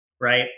Right